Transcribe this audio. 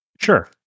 Sure